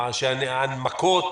אחד שההנמקות